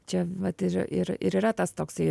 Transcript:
čia vat ir ir ir yra tas toksai